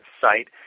site